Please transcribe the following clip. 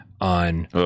on